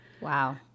Wow